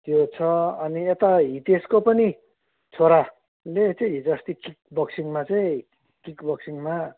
त्यो छ अनि यता हितेसको पनि छोराले चाहिँ हिजो अस्ति किक बक्सिङमा चाहिँ किक बक्सिङमा